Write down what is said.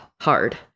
hard